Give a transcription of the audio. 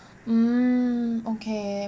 um okay